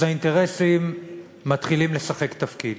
האינטרסים מתחילים לשחק תפקיד.